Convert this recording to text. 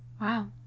Wow